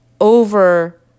over